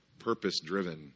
purpose-driven